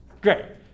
Great